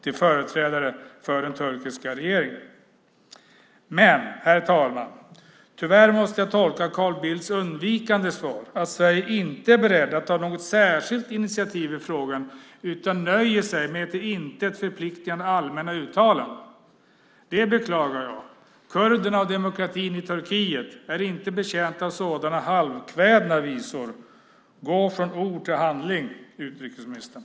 Herr talman! Tyvärr måste jag tolka Carl Bildts undvikande svar så att Sverige inte är berett att ta något särskilt initiativ i frågan utan nöjer sig med till intet förpliktande allmänna uttalanden. Det beklagar jag. Kurderna och demokratin i Turkiet är inte betjänta av sådana halvkvädna visor. Gå från ord till handling, utrikesministern!